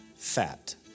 fat